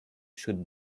should